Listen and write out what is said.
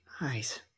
Nice